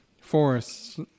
forests